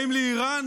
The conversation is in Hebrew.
האם לאיראן